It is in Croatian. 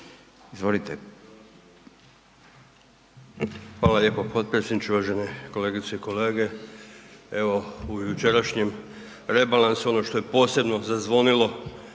izvolite.